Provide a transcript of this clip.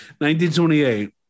1928